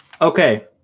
Okay